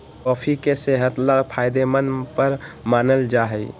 coffee के सेहत ला फायदेमंद पर मानल जाहई